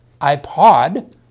iPod